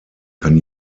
kann